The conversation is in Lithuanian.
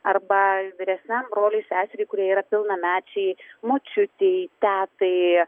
arba vyresniam broliui seseriai kurie yra pilnamečiai močiutei tetai